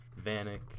Vanek